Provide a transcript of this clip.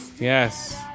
Yes